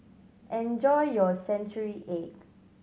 enjoy your century egg